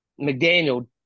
McDaniel